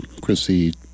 Chrissy